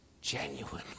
genuine